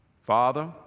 Father